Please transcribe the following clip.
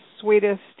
sweetest